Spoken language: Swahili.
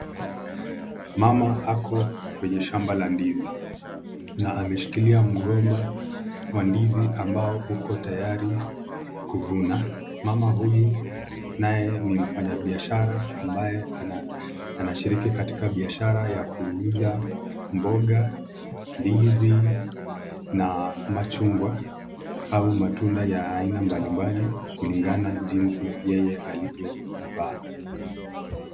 Mama ako kwenye shamba la ndizi na ameshikilia mgomba wa ndizi ambao uko tayari kuvuna. Mama huyu naye ni mfanyabiashara ambaye anashiriki katika biashara ya kuuza mboga, ndizi na machungwa au matunda ya aina mbalimbali kulingana jinsi yeye alivyo vaa.